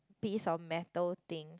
piece of metal thing